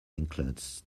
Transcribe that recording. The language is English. includes